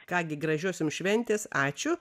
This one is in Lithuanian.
ką gi gražiosio jums šventės ačiū